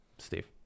Steve